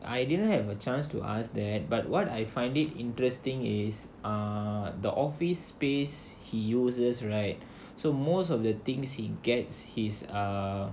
I didn't have a chance to ask that but what I find it interesting is uh the office space he uses right so most of the things he gets his err